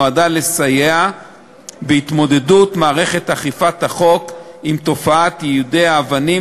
נועדה לסייע בהתמודדות מערכת אכיפת החוק עם תופעת יידוי אבנים